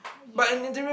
ya